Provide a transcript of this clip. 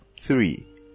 Three